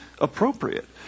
appropriate